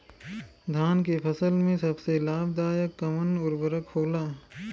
धान के फसल में सबसे लाभ दायक कवन उर्वरक होला?